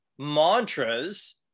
mantras